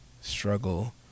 struggle